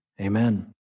Amen